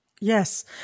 Yes